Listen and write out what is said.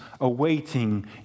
awaiting